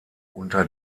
unter